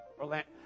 orlando